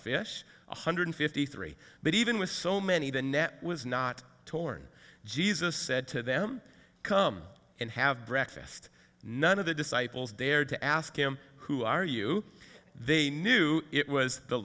fish one hundred fifty three but even with so many the net was not torn jesus said to them come and have breakfast none of the disciples dared to ask him who are you they knew it was the